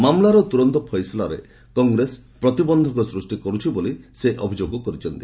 ମାମଲାର ତୁରନ୍ତ ଫଏସଲାରେ କଂଗ୍ରେସ ପ୍ରତିବନ୍ଧକ ସୃଷ୍ଟି କରୁଛି ବୋଲି ସେ ଅଭିଯୋଗ କରିଛନ୍ତି